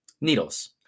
needles